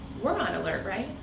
we're on alert, right?